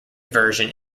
version